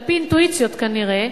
על-פי אינטואיציות כנראה,